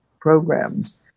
programs